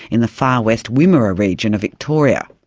in the far west wimmera region of victoria.